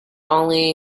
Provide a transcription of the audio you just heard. only